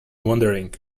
wandering